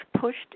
pushed